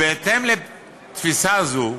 בהתאם לתפיסה זו,